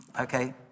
Okay